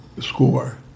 score